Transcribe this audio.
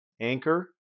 Anchor